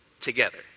Together